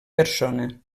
persona